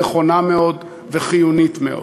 נכונה מאוד וחיונית מאוד.